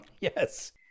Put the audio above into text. Yes